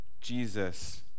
Jesus